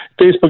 Facebook